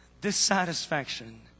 dissatisfaction